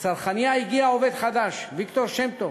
לצרכנייה הגיע עובד חדש, ויקטור שם-טוב,